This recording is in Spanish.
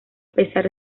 pesar